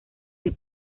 del